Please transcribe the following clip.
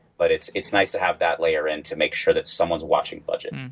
but it's it's nice to have that layer in to make sure that someone's watching budget. and